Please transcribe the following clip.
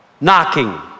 knocking